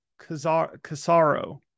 casaro